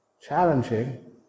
Challenging